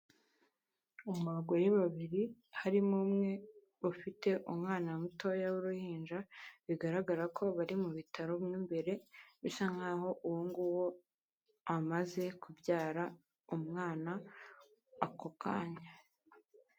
Abagore babiri, harimo umwe ufite umwana mutoya w'uruhinja, bigaragara ko bari mu bitaro mu imbere, bisa nk'aho uwo nguwo amaze kubyara umwana ako kanya.